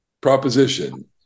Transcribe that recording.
proposition